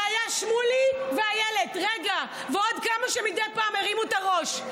זה היה שמולי ואיילת ועוד כמה שמדי פעם הרימו את הראש.